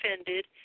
offended